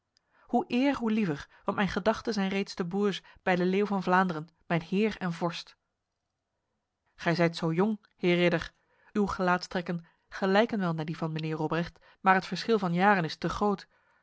hoe eer hoe liever want mijn gedachten zijn reeds te bourges bij de leeuw van vlaanderen mijn heer en vorst gij zijt zo jong heer ridder uw gelaatstrekken gelijken wel naar die van mijnheer robrecht maar het verschil van jaren is te groot